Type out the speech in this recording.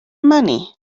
money